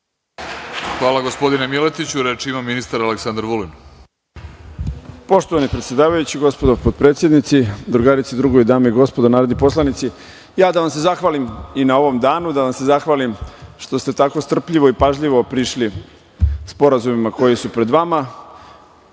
Aleksandar Vulin. Izvolite. **Aleksandar Vulin** Poštovani predsedavajući, gospodo potpredsednici, drugarice i drugovi, dame i gospodo narodni poslanici, da vam se zahvalim i na ovom danu, da vam se zahvalim što ste tako strpljivo i pažljivo prišli sporazumima koji su pred vama.